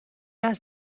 است